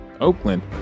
Oakland